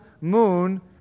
moon